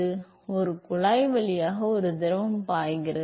மேலும் ஒரு குழாய் வழியாக ஒரு திரவம் பாய்கிறது